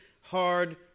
hard